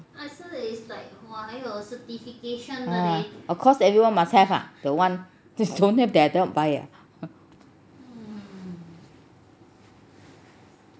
ha of course everyone must have ah the [one] if don't have they are not buy eh